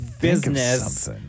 business